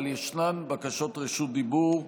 אבל ישנן בקשות רשות דיבור.